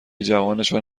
جوانشان